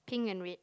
pink and red